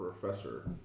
Professor